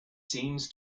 seems